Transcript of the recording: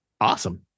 Awesome